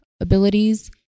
abilities